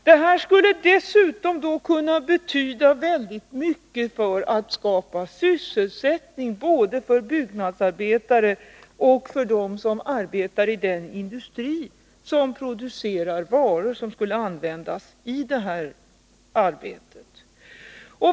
Detta skulle dessutom kunna betyda utomordentligt mycket för att skapa sysselsättning, både för byggnadsarbetare och för dem som arbetar i den industri som producerar varor som används i det arbetet.